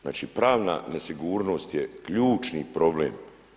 Znači pravna nesigurnost je ključni problem.